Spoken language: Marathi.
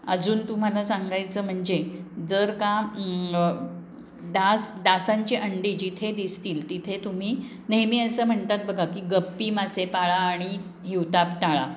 अजून तुम्हाला सांगायचं म्हणजे जर का डास डासांची अंडी जिथे दिसतील तिथे तुम्ही नेहमी असं म्हणतात बघा की गप्पी मासे पाळा आणि हिवताप टाळा